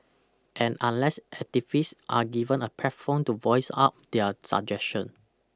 and unless activists are given a platform to voice out their suggestion